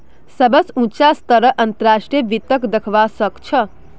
सबस उचा स्तरत अंतर्राष्ट्रीय वित्तक दखवा स ख छ